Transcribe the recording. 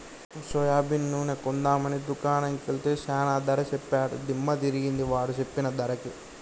soybean నూనె కొందాం అని దుకాణం కెల్తే చానా ధర సెప్పాడు దిమ్మ దిరిగింది వాడు సెప్పిన ధరకి